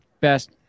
best